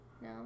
No